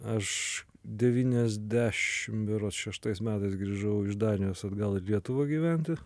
aš devyniasdešim berods šeštais metais grįžau iš danijos atgal į lietuvą gyventi